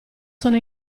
sono